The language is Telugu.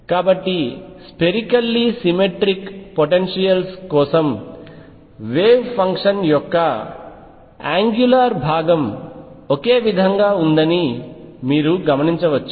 కాబట్టి స్పెరికల్లీ సిమెట్రిక్ పొటెన్షియల్స్ కోసం వేవ్ ఫంక్షన్ యొక్క యాంగ్యులార్ భాగం ఒకే విధంగా ఉందని మీరు గమనించవచ్చు